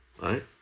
Right